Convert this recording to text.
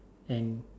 then